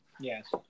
Yes